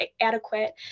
adequate